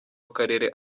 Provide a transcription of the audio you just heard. w’akarere